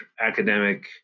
academic